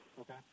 Okay